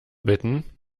bitten